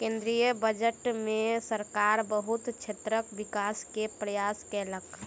केंद्रीय बजट में सरकार बहुत क्षेत्रक विकास के प्रयास केलक